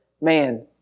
man